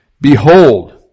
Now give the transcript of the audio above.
Behold